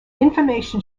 information